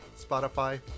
Spotify